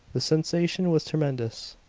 the sensation was tremendous.